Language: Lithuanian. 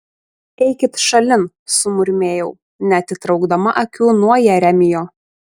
eikit šalin sumurmėjau neatitraukdama akių nuo jeremijo